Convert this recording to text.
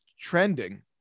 trending